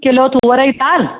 kilo थूअर जी दाल